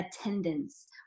attendance